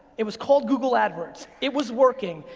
it was called google adwords. it was working,